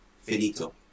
finito